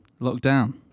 lockdown